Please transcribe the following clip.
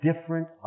different